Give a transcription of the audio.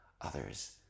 others